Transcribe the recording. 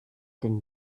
den